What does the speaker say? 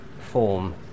form